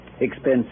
Expensive